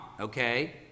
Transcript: okay